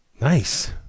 Nice